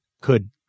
Could